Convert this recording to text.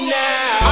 now